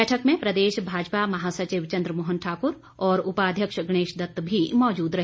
बैठक में प्रदेश भाजपा महासचिव चंद्रमोहन ठाकुर और उपाध्यक्ष गणेश दत्त भी मौजूद रहे